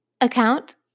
account